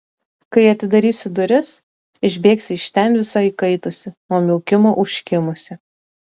kai atidarysiu duris išbėgsi iš ten visa įkaitusi nuo miaukimo užkimusi